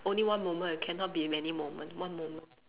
only one moment cannot be many moment one moment